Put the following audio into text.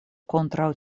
kontraŭ